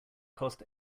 cost